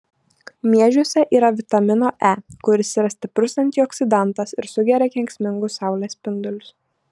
miežiuose yra vitamino e kuris yra stiprus antioksidantas ir sugeria kenksmingus saulės spindulius